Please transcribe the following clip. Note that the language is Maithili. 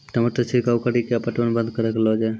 टमाटर छिड़काव कड़ी क्या पटवन बंद करऽ लो जाए?